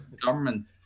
government